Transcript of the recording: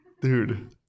dude